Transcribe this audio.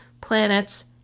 planets